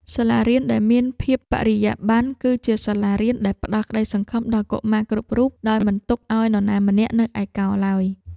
សាលារៀនដែលមានភាពបរិយាបន្ន គឺជាសាលារៀនដែលផ្តល់ក្តីសង្ឃឹមដល់កុមារគ្រប់រូបដោយមិនទុកឱ្យនរណាម្នាក់នៅឯកោឡើយ។